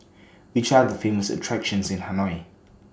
Which Are The Famous attractions in Hanoi